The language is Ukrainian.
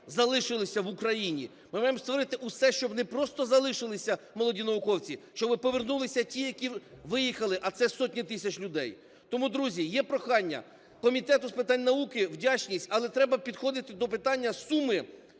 залишились в Україні. Ми маємо створити усе, щоб не просто залишилися молоді науковці, щоби повернулися ті, які виїхали, а це сотні тисяч людей. Тому, друзі, є прохання. Комітету з питань науки - вдячність, але треба підходити до питання з суми